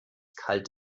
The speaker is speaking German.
kalt